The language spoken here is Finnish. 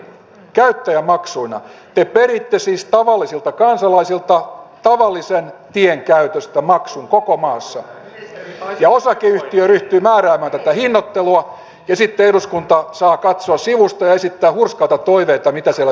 te peritte siis tavallisilta kansalaisilta tavallisen tien käytöstä maksun koko maassa ja osakeyhtiö ryhtyy määräämään tätä hinnoittelua ja sitten eduskunta saa katsoa sivusta ja esittää hurskaita toiveita mitä siellä pitäisi tehdä